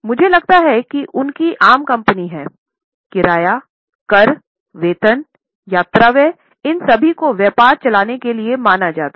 मुझे लगता है कि उनकी आम कंपनी है किराया कर वेतन यात्रा व्यय इन सभी को व्यापार चलाने के लिए माना जाता है